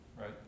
Right